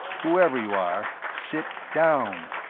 whoever you are, sit down!